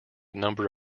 number